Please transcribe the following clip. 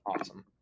awesome